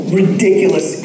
ridiculous